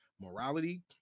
morality